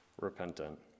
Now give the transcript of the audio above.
repentant